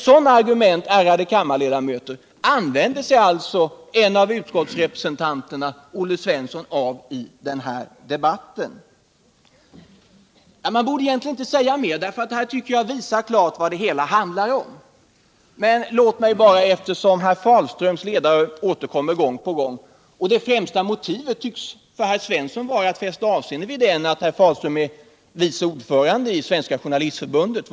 Sådana argument, ärade kammarledamöter, använder sig alltså en av reservanterna, Olle Svensson, av i den här debatten. Man borde egentligen inte säga mer, för det här visar klart, tycker jag, vad det hela handlar om. Men låt mig något beröra herr Fahlströms ledare, som återkommer gång på gång i debatten. Det främsta motivet för Olle Svensson att fästa avseende vid den tycks vara att herr Fahlström är vice ordförande i Journalistförbundet.